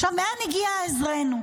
עכשיו, מאין יגיע עזרנו?